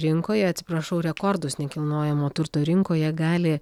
rinkoje atsiprašau rekordus nekilnojamo turto rinkoje gali